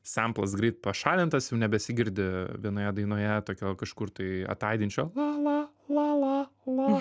semplas greit pašalintas jau nebesigirdi vienoje dainoje tokio kažkur tai ataidinčio lala lala la